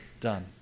done